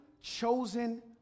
chosen